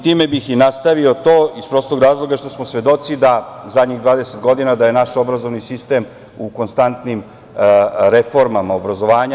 Time bih i nastavio iz prostog razloga što smo svedoci da zadnjih 20 godina, da je naš obrazovni sistem u konstantnim reformama obrazovanja.